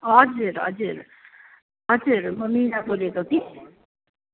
हजुर हजुर हजुर म मीरा बोलेको कि हजुर